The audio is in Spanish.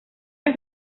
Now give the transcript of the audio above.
que